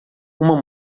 uma